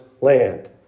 land